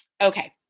Okay